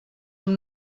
amb